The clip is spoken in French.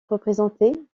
représentée